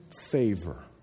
favor